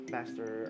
Master